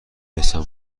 رسم